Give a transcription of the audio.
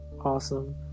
awesome